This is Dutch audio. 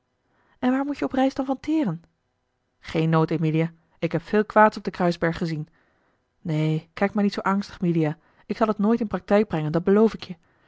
en waar moet je op reis dan van teren geen nood emilia ik heb veel kwaads op den kruisberg gezien neen kijk maar niet zoo angstig milia ik zal het nooit in praktijk brengen dat beloof ik je